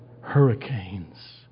hurricanes